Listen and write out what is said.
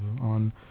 on